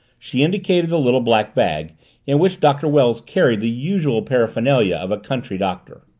she indicated the little black bag in which doctor wells carried the usual paraphernalia of a country doctor.